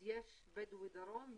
אז יש בדואי דרום,